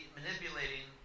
manipulating